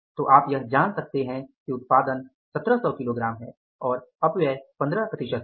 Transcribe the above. तो आप यह जान सकते हैं कि उत्पादन 1700 किलोग्राम है और अपव्यय 15 प्रतिशत है